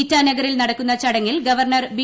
ഇറ്റാനഗറിൽ നിട്ടക്കുന്ന ചടങ്ങിൽ governor B